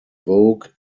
vogue